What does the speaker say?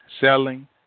selling